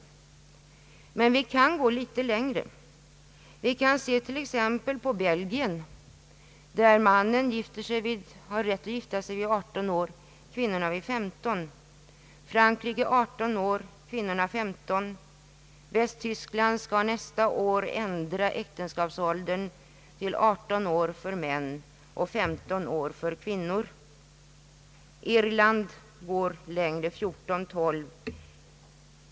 Men vi kan gå litet längre. Vi kan t.ex. se på Belgien, där mannen har rätt att gifta sig vid 18 år och kvinnorna vid 15, Frankrike där mannen har rätt att gifta sig vid 18 år och kvinnan vid 15. Västtyskland skall nästa år ändra äktenskapsåldern till 18 år för män och 15 år för kvinnor. Irland går längre, 14 respektive 12 år.